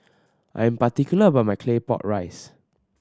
I am particular about my Claypot Rice